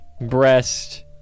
Breast